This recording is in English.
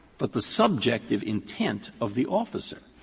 but the subjective intent of the officer?